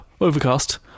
overcast